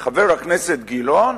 חבר הכנסת גילאון?